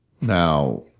Now